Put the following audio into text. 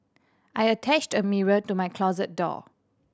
I attached a mirror to my closet door